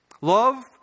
Love